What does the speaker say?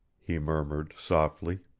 he murmured, softly.